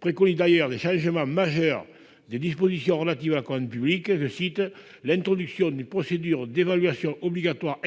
préconise d'ailleurs des changements majeurs des dispositions relatives à la commande publique : l'introduction d'« une procédure d'évaluation obligatoire »;